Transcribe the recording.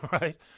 Right